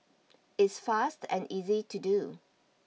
it's fast and easy to do